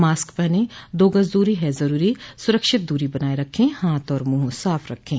mask पहनें दो गज़ दूरी है ज़रूरी सुरक्षित दूरी बनाए रखें हाथ और मुंह साफ़ रखें